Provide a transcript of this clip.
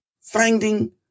finding